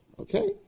Okay